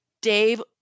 Dave